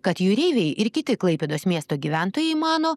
kad jūreiviai ir kiti klaipėdos miesto gyventojai mano